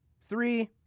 Three